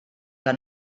que